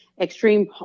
extreme